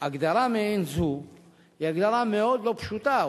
הגדרה מעין זו היא הגדרה מאוד לא פשוטה.